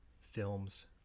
films